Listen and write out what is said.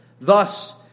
Thus